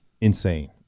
insane